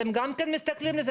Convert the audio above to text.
קודם כל,